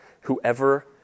whoever